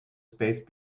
space